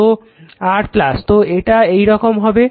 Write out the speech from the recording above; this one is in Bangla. তো এটা এইরকম হবে